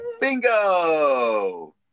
bingo